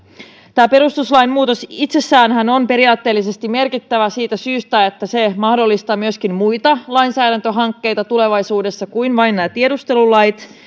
tämä perustuslain muutos itsessäänhän on periaatteellisesti merkittävä siitä syystä että se mahdollistaa myöskin muita lainsäädäntöhankkeita tulevaisuudessa kuin vain nämä tiedustelulait